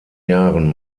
jahren